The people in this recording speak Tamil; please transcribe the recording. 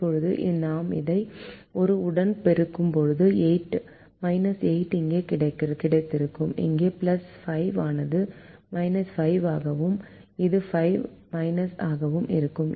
இப்போது இதை நாம் 1 உடன் பெருக்கும்போது 8 இங்கே கிடைத்திருக்கும் இந்த 5 ஆனது 5 ஆகவும் இது 5 ஆகவும் இருக்கும்